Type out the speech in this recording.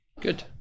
Good